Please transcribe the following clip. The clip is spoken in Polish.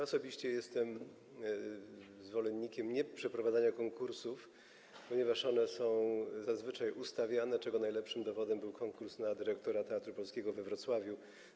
Osobiście nie jestem zwolennikiem przeprowadzania konkursów, ponieważ są one zazwyczaj ustawiane, czego najlepszym dowodem był konkurs na dyrektora Teatru Polskiego we Wrocławiu.